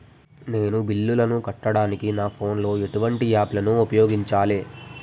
నేను బిల్లులను కట్టడానికి నా ఫోన్ లో ఎటువంటి యాప్ లను ఉపయోగించాలే?